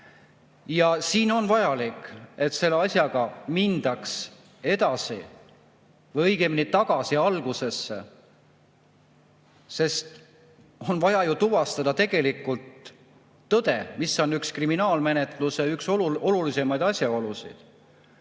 Ja on vajalik, et selle asjaga mindaks edasi või õigemini tagasi algusesse. On vaja ju tuvastada tegelikult tõde, mis on üks kriminaalmenetluse olulisemaid asjaolusid.